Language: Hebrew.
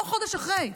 לא חודש אחרי.